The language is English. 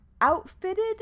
outfitted